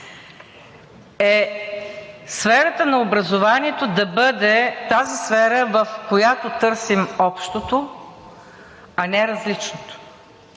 е сферата на образованието да бъде тази сфера, в която търсим общото, а не различното.